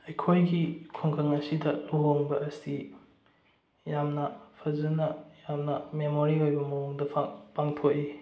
ꯑꯩꯈꯣꯏꯒꯤ ꯈꯨꯡꯒꯪ ꯑꯁꯤꯗ ꯂꯨꯍꯣꯡꯕ ꯑꯁꯤ ꯌꯥꯝꯅ ꯐꯖꯅ ꯌꯥꯝꯅ ꯃꯦꯃꯣꯔꯤ ꯑꯣꯏꯕ ꯃꯑꯣꯡꯗ ꯄꯥꯡꯊꯣꯛꯏ